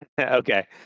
Okay